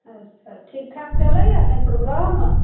अच्छा ठीक ठाक चलैया ने प्रोग्राम